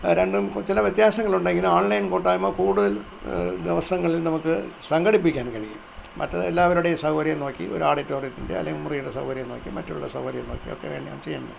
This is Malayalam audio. രണ്ടും ചില വ്യത്യാസങ്ങളുണ്ടെങ്കിലും ഓൺലൈൻ കൂട്ടായ്മ കൂടുതൽ ദിവസങ്ങളിൽ നമുക്കു സംഘടിപ്പിക്കാൻ കഴിയും മറ്റേത് എല്ലാവരുടെയും സൗകര്യം നോക്കി ഒരാഡിറ്റോറിയത്തിൻ്റെ അല്ലെങ്കില് മുറിയിടെ സൗകര്യം നോക്കി മറ്റുള്ള സൗകര്യം നോക്കി ഒക്കെ വേണം ചെയ്യാനായിട്ട്